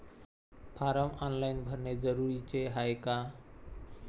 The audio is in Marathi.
फारम ऑनलाईन भरने जरुरीचे हाय का?